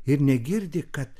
ir negirdi kad